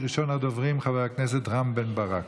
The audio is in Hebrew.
ראשון הדוברים, חבר הכנסת רם בן ברק.